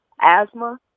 asthma